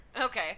Okay